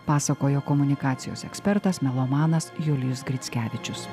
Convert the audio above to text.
pasakojo komunikacijos ekspertas melomanas julijus grickevičius